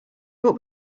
what